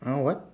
ah what